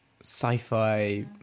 sci-fi